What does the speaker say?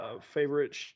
Favorite